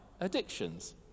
addictions